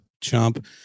Chump